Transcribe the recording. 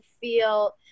feel